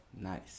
Nice